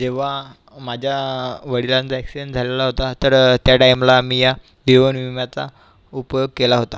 जेव्हा माझ्या वडिलांचा एक्सिडेंट झालेला होता तर त्या टाईमला मी या जीवनविम्याचा उपयोग केला होता